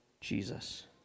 Jesus